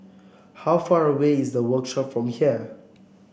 how far away is the Workshop from here